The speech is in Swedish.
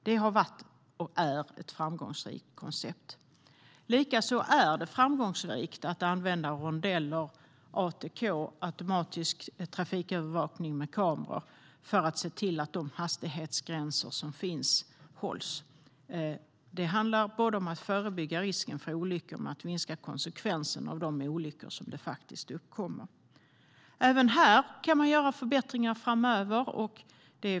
Det har varit och är ett framgångsrikt koncept. Även här kan man göra förbättringar framöver.